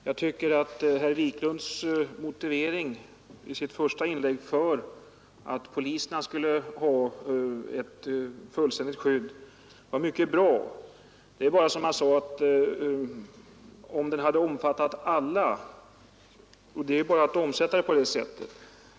Herr talman! Jag tycker att den motivering för att poliserna skulle ha ett fullständigt skydd, som herr Wiklund i Stockholm gav i sitt första inlägg, var mycket bra. Den borde emellertid, som jag sade, ha omfattat alla. Det är bara att omsätta den på det sättet.